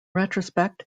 retrospect